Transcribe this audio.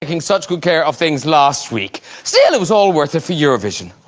taking such good care of things last week sale, it was all worth it for eurovision